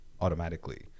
automatically